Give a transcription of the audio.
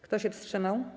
Kto się wstrzymał?